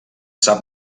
sap